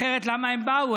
אחרת, למה הם באו?